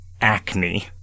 acne